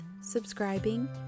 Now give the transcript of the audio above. subscribing